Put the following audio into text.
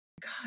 God